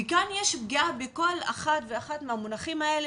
כאן יש פגיעה בכל אחד ואחד מהמונחים האלה